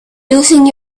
losing